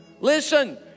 Listen